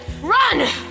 Run